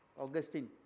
Augustine